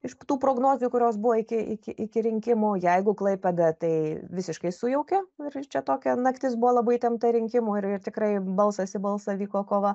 iš tų prognozių kurios buvo iki iki iki rinkimų jeigu klaipėda tai visiškai sujaukė ir čia tokia naktis buvo labai įtempta rinkimų ir tikrai balsas į balsą vyko kova